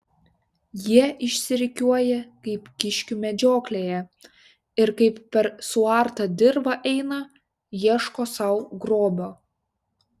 jie išsirikiuoja kaip kiškių medžioklėje ir kaip per suartą dirvą eina ieško sau grobio